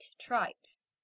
tribes